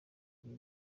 kuri